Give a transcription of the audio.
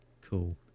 cool